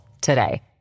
today